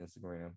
Instagram